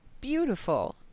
beautiful